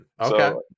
Okay